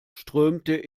strömte